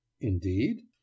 Indeed